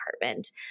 department